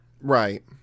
Right